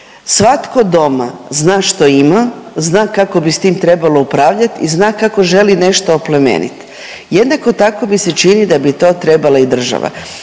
svatko doma zna što ima. Zna kako bi s tim trebalo upravljati i zna kako želi nešto oplemeniti. Jednako tako mi se čini da bi to trebala i država.